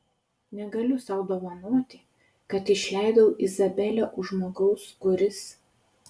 negaliu sau dovanoti kad išleidau izabelę už žmogaus kuris